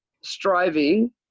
striving